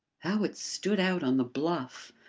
how it stood out on the bluff!